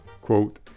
Quote